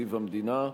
תקציב המדינה.